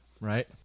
right